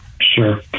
Sure